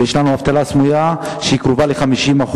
ויש לנו אבטלה סמויה שקרובה ל-50%.